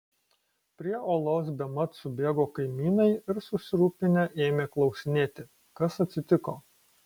prie olos bemat subėgo kaimynai ir susirūpinę ėmė klausinėti kas atsitiko